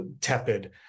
tepid